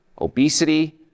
obesity